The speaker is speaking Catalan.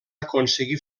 aconseguir